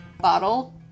bottle